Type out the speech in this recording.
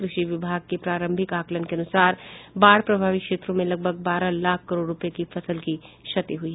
कृषि विभाग के प्रारंभिक आकलन के अनुसार बाढ़ प्रभावित क्षेत्रों में लगभग बारह लाख करोड़ रूपये की फसल की क्षति हुई है